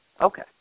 Okay